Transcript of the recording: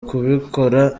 kubikora